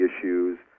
issues